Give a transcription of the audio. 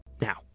Now